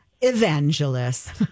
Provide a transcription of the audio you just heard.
Evangelist